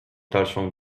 dalszą